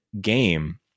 game